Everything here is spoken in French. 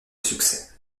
succès